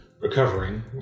recovering